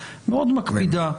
הרב לביא --- חה"כ מקלב,